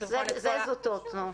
זה זוטות, נו.